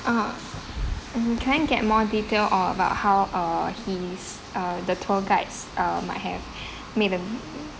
ah mm can get more detail or about how uh his uh the tour guides uh might have made a